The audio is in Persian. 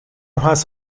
هست